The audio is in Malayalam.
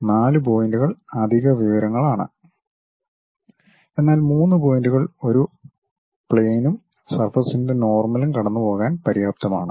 നാല് പോയിന്റുകൾ അധിക വിവരങ്ങളാണ് എന്നാൽ മൂന്ന് പോയിന്റുകൾ ഒരു പ്ലെയിനും സർഫസിൻ്റെ നോർമലും കടന്നുപോകാൻ പര്യാപ്തമാണ്